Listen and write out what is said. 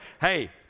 hey